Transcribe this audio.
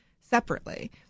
separately